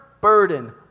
burden